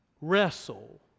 wrestle